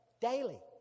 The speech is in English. daily